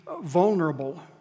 vulnerable